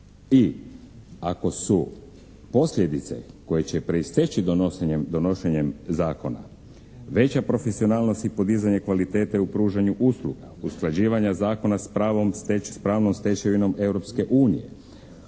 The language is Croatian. Ako su posljedice koje će proisteći donošenje zakona veća profesionalnost i podizanje kvalitete u pružanju usluga, usklađivanje zakona sa pravnom stečevinom